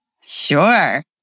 Sure